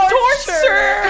torture